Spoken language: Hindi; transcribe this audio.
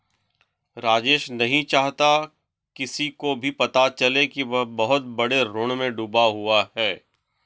राजेश नहीं चाहता किसी को भी पता चले कि वह बहुत बड़े ऋण में डूबा हुआ है